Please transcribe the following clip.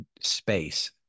space